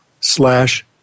slash